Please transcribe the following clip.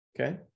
Okay